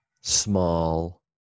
small